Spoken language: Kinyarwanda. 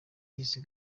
y’izi